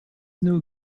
new